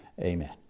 amen